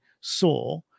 saw